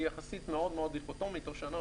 היא יחסית מאוד מאוד דיכוטומית או שנה,